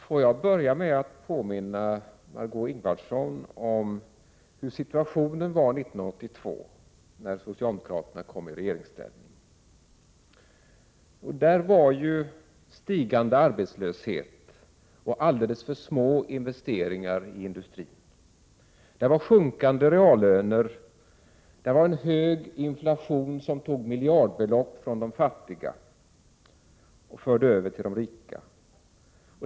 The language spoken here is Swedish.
Herr talman! Får jag börja med att påminna Margö Ingvardsson om hur situationen var 1982 när socialdemokraterna kom i regeringsställning. Det var stigande arbetslöshet och alldeles för små investeringar i industrin. Det var sjunkande reallöner och en hög inflation, som tog miljardbelopp från de fattiga och förde över dem till de rika.